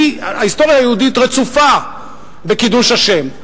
ההיסטוריה היהודית רצופה בקידוש השם.